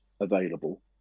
available